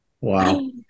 Wow